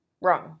Wrong